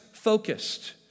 focused